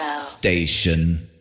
station